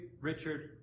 Richard